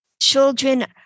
children